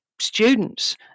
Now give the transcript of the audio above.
students